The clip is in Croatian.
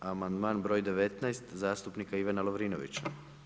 Amandman br. 19. zastupnika Ivana Lovrinovića.